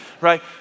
right